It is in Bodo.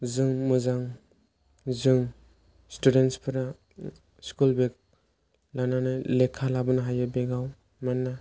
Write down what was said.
जों मोजां जों स्टुडेन्टसफोरा स्कुल बेग लानानै लेखा लाबोनो हायो बेगआव मानोना